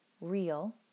real